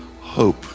hope